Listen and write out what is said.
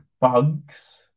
bugs